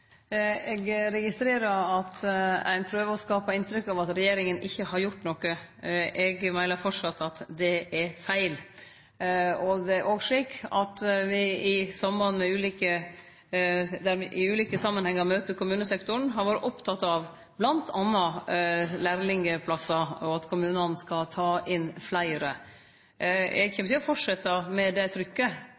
Eg registrerer at ein prøver å skape inntrykk av at regjeringa ikkje har gjort noko. Eg meiner framleis at det er feil. Det er òg slik at der me i ulike samanhengar møter kommunesektoren, har me vore opptekne av m.a. lærlingplassar og at kommunane skal ta inn fleire. Eg kjem til å fortsetje med det trykket.